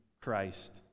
Christ